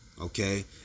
okay